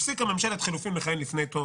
הפסיקה ממשלת חילופים לכהן לפני תום